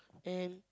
and